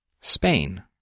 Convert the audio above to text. Spain